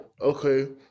okay